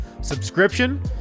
subscription